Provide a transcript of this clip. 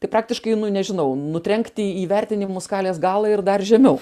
tai praktiškai nu nežinau nutrenkti į vertinimų skalės galą ir dar žemiau